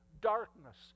darkness